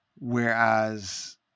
Whereas